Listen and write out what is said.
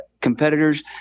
competitors